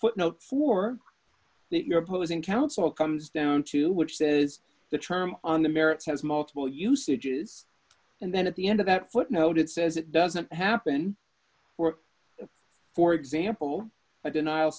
footnote for that your opposing counsel comes down to which says the term on the merits has multiple usages and then at the end of that footnote it says it doesn't happen or for example i d